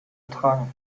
ertragen